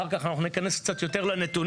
אחר כך אנחנו ניכנס קצת יותר לנתונים,